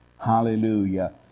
Hallelujah